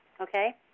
okay